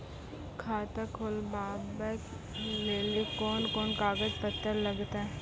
खाता खोलबाबय लेली कोंन कोंन कागज पत्तर लगतै?